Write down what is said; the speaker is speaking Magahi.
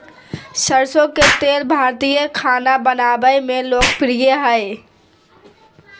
सरसो के तेल भारतीय खाना बनावय मे लोकप्रिय हइ